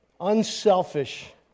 unselfish